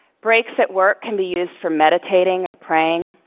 breaks at work can be used for meditating or praying.